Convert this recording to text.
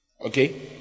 okay